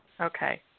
Okay